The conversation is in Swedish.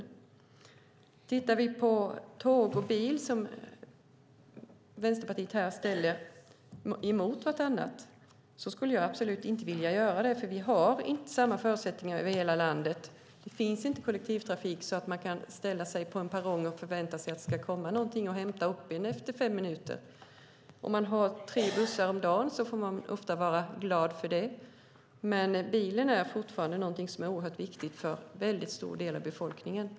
Vänsterpartiet ställer tåg och bil mot varandra här. Det skulle jag absolut inte vilja göra, för vi har inte samma förutsättningar över hela landet. På många ställen finns det inte kollektivtrafik så att man kan ställa sig på en perrong och förvänta sig att bli upphämtad efter fem minuter. Om det kommer tre bussar om dagen får man ofta vara glad för det. Bilen är fortfarande oerhört viktig för en väldigt stor del av befolkningen.